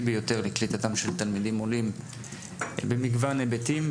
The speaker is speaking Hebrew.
ביותר לקליטתם של תלמידים עולים במגוון היבטים.